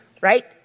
right